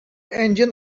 engine